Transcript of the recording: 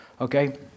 Okay